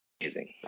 amazing